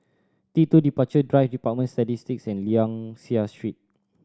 T Two Departure Drive Department of Statistics and Liang Seah Street